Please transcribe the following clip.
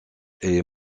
est